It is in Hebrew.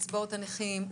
קצבאות הנכים,